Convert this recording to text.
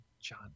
John